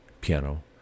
piano